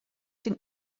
den